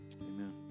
Amen